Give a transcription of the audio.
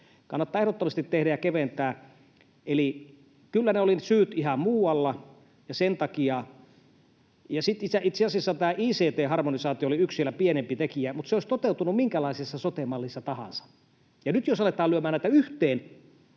Kannattaa ehdottomasti tehdä ja keventää. Eli kyllä ne olivat ne syyt ihan muualla, ja itse asiassa tämä ICT-harmonisaatio oli vielä yksi pienempi tekijä, mutta se olisi toteutunut minkälaisessa sote-mallissa tahansa. Nyt jos aletaan lyömään näitä yhteen,